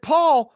Paul